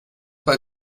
bei